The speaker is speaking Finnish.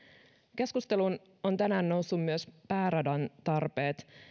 keskusteluun ovat tänään nousseet myös pääradan tarpeet